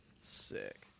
Sick